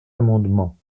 amendement